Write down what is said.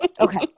Okay